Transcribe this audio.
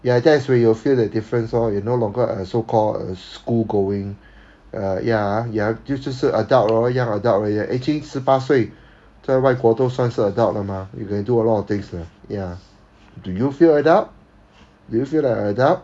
ya that's where you'll feel the difference lor you no longer a so called school going uh ya ya 就就是 adult 了 lor young adult 了 you're actually 十八岁在外国都算是 adult 了 mah you can do a lot of things leh ya do you feel adult do you feel like a adult